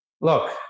Look